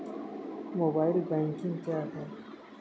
Mobile banking क्या है?